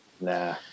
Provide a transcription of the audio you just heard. nah